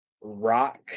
Rock